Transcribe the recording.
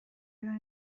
ایران